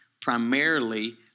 primarily